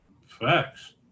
Facts